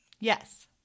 Yes